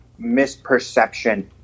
misperception